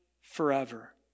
forever